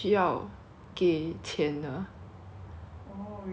ya like 你进去你要进去一次要给好像十块